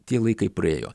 tie laikai praėjo